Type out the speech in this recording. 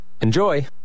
Enjoy